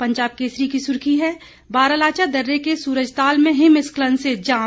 पंजाब केसरी की सुर्खी है बारालाचा दर्रे के सूरजताल में हिमस्खलन से जाम